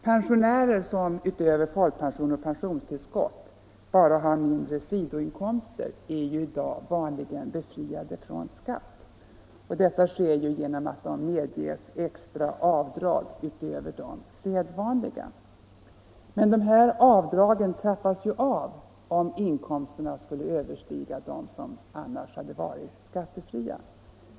Pensionärer som utöver folkpension och pensionstillskott bara har mindre sidoinkomster är i dag vanligen befriade från skatt. Detta sker genom att de medges extra avdrag utöver de sedvanliga. Men avdragen trappas ju av, om inkomsterna överstiger dem som annars hade varit skattefria.